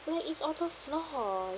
like it's on the floor